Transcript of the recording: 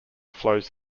flows